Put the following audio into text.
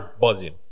buzzing